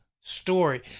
story